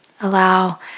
Allow